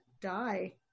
die